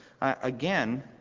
again